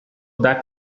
that